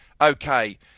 Okay